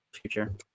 future